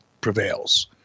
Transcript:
prevails